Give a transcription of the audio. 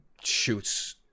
shoots